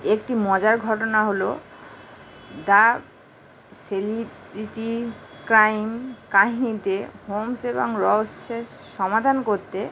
একটি মজার ঘটনা হলো দা সেলিব্রিটি ক্রাইম কাহিনিতে হোম্স এবং রহস্যের সমাধান করতে